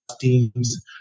teams